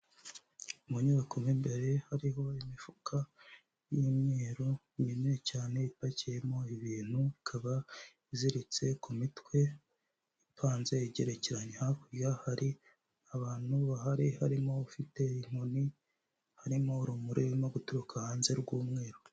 Mu nyubako mo imbere hariho imifuka y'imyeru minini cyane ipakiyemo ibintu, ikaba iziritse ku mitwe ipanze igerekeranye. Hakurya hari abantu bahari harimo ufite inkoni, harimo urumuri rurimo guturuka hanze rw'umweru.